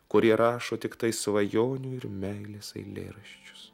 kurie rašo tiktai svajonių ir meilės eilėraščius